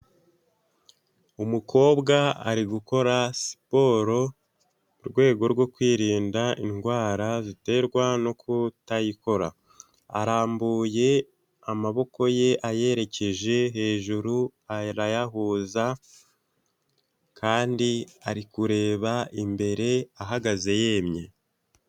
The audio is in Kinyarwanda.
Umukobwa ari gukora siporo, urwego rwo kwirinda indwara ziterwa no kutayikora. Arambuye amaboko ye ayerekeje hejuru, arayahuza, kandi ari kureba imbere, ahagaze, yemye.